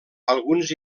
alguns